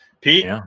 Pete